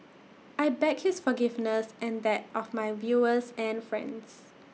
I beg his forgiveness and that of my viewers and friends